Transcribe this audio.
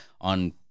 on